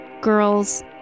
girls